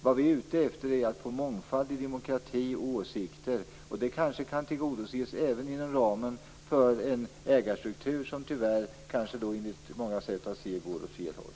Vi är ute efter att få en mångfald när det gäller demokrati och åsikter. Kanske kan det önskemålet tillgodoses även inom ramen för en ägarstruktur som, tyvärr, kanske - som många ser på detta - går åt fel håll.